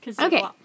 Okay